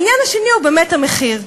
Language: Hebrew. העניין השני הוא באמת המחיר,